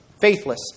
faithless